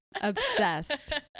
obsessed